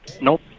Nope